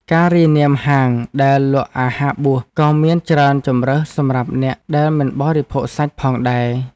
ការរាយនាមហាងដែលលក់អាហារបួសក៏មានច្រើនជម្រើសសម្រាប់អ្នកដែលមិនបរិភោគសាច់ផងដែរ។